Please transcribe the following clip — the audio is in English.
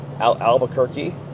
Albuquerque